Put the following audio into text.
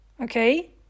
okay